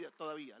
todavía